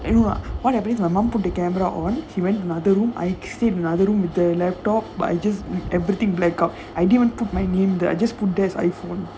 ஏனா:yaena once my mom put the camera on she went to another room I stayed in another room with the laptop but I just with everything blackout I didn't even put my name there I put there as iPhone